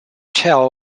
tell